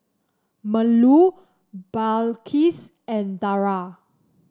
Melur Balqis and Dara